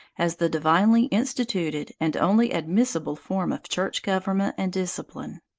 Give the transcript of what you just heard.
as the divinely instituted and only admissible form of church government and discipline.